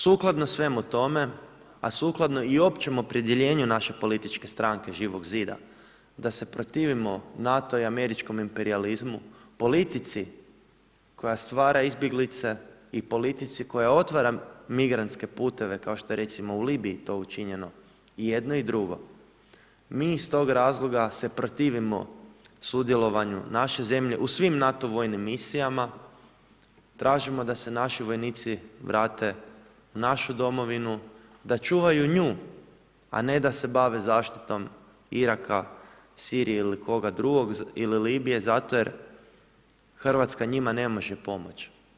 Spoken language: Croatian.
Sukladno svemu tome, a sukladno i općem opredjeljenju naše političke stranke Živog zida da se protivimo NATO i američkom imperijalizmu, politici koja stvara izbjeglice i politici koja otvara migrantske puteve, kao što je recimo u Libiji to učinjeno i jedno i drugo, mi iz tog razloga se protivimo sudjelovanje naše zemlje u svim NATO vojnim misijama i tražimo da se naši vojnici vrate u našu domovinu, da čuvaju nju, a ne da se bave zaštitom Iraka, Sirije ili koga drugog ili Libije zato jer Hrvatska njima ne može pomoći.